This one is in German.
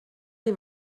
die